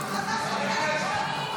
התשפ"ד 2024,